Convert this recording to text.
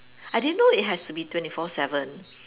I didn't know it has to be twenty four seven